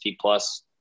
Plus